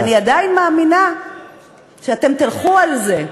אני עדיין מאמינה שאתם תלכו על זה.